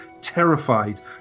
terrified